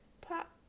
pop